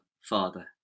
Father